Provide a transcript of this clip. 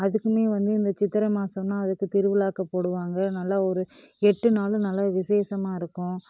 அதுக்குமே வந்து இந்த சித்திரை மாசம்னா அதுக்கு திருவிழாக்கு போடுவாங்க நல்ல ஒரு எட்டு நாளும் நல்ல விசேஷமாக இருக்கும்